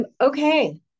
Okay